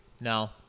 No